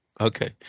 okay